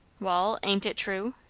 wall ain't it true?